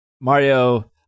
mario